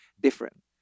different